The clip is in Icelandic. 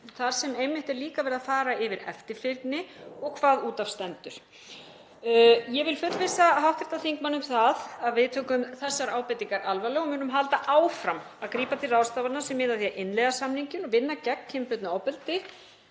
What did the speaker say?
þar sem einmitt er líka verið að fara yfir eftirfylgni og hvað út af stendur. Ég vil fullvissa hv. þingmann um það að við tökum þær ábendingar alvarlega og munum halda áfram að grípa til ráðstafana sem miða að því að innleiða samninginn og vinna gegn kynbundnu ofbeldi